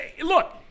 look